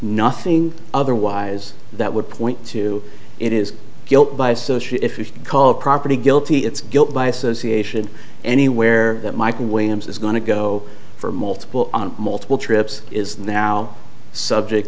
nothing otherwise that would point to it is guilt by association called property guilty it's guilt by association anywhere that michael williams is going to go for multiple on multiple trips is now subject